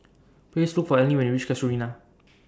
Please Look For Eleni when YOU REACH Casuarina